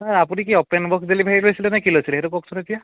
নহয় আপুনি কি অপেন বক্স ডেলিভাৰী লৈছিলে নে কি লৈছিলে সেইটো কওকচোন এতিয়া